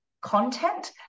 content